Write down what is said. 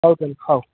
ହଉ ତା'ହେଲେ ହଉ